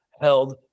held